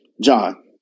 John